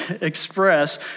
express